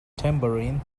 tambourine